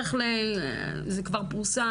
זה כבר פורסם,